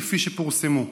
כפי שפורסמו,